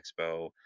expo